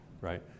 right